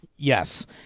Yes